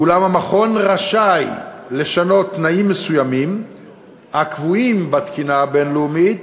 ואולם המכון רשאי לשנות תנאים מסוימים הקבועים בתקינה הבין-לאומית